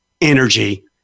energy